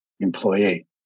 Employee